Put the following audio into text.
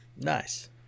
Nice